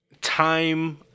time